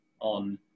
on